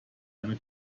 eine